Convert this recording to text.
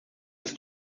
ist